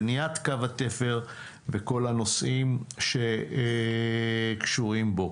בניית קו התפר וכל הנושאים שקשורים בו.